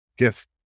yes